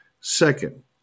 Second